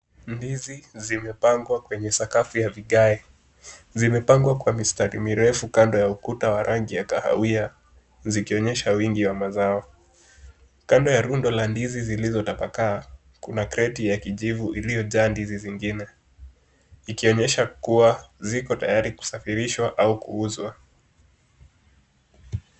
Ndizi zimepangwa kwenye sakafu ya vigae. Zimepangwa kwa mistari mirefu kando ya ukuta wa rangi ya kahawia zikionyesha wingi wa mazao. Kando ya rundo la ndizi zilizotapakaa, kuna kreti ya kijivu iliyojaa ndizi zingine, ikionyesha kuwa, ziko tayari kusafirishwa au kuuzwa.